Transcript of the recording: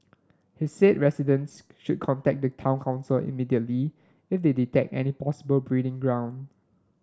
he said residents should contact the town council immediately if they detect any possible breeding ground